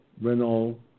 Renault